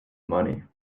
money